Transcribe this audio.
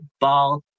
Ball